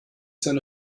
seine